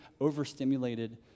overstimulated